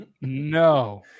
no